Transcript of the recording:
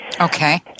Okay